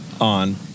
on